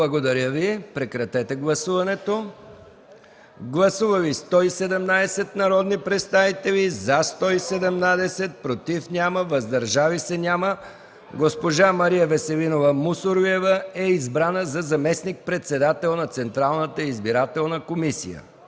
комисия. Моля, гласувайте. Гласували 117 народни представители: за 117, против и въздържали се няма. Госпожа Мария Веселинова Мусорлиева е избрана за заместник-председател на Централната избирателна комисия.